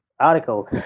article